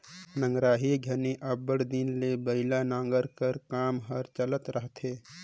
नगराही घनी अब्बड़ दिन ले बइला नांगर कर काम हर चलत रहथे